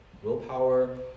Willpower